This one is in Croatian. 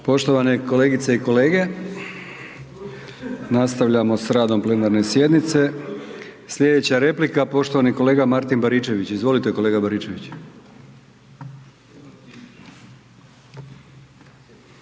Poštovane kolegice i kolege, nastavljamo s radom plenarne sjednice. Slijedeća replika poštovani kolega Martin Baričević. Izvolite kolega Baričević.